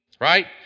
Right